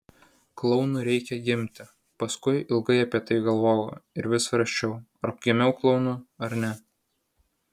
klounu reikia gimti paskui ilgai apie tai galvojau ir vis svarsčiau ar gimiau klounu ar ne